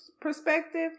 perspective